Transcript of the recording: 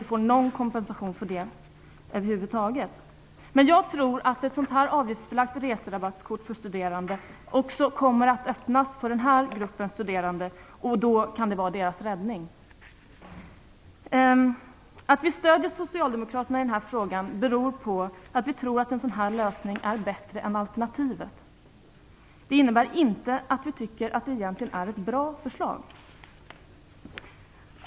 De får inte någon kompensation över huvud taget för dessa resor. Jag tror att ett avgiftsbelagt reserabattkort för studerande också kommer att öppna en möjlighet för den här gruppen studerande, och det kan då vara deras räddning. Att Vänsterpartiet stödjer Socialdemokraterna i den här frågan beror på att vi tror att en sådan lösning är bättre än alternativet. Det innebär inte att vi egentligen tycker att det är ett bra förslag.